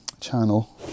channel